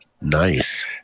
Nice